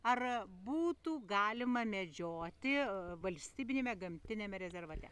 ar būtų galima medžioti valstybiniame gamtiniame rezervate